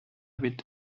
bit